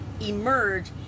emerge